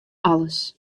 alles